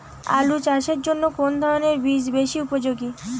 আলু চাষের জন্য কোন ধরণের বীজ বেশি উপযোগী?